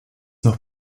noch